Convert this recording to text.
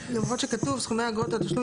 למרות שכתוב "סכומי האגרות והתשלום